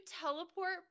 teleport